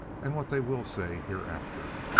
and what they will say hereafter.